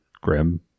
grim